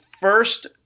first